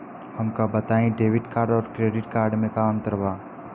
हमका बताई debit card और क्रेडिट कार्ड में का अंतर बा?